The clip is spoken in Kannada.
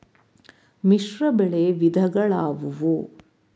ಮಿಶ್ರಬೆಳೆ ವಿಧಗಳಾವುವು?